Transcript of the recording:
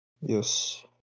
Yes